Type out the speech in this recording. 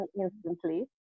instantly